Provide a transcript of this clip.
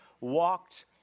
walked